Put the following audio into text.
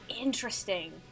interesting